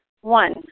One